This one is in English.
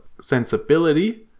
sensibility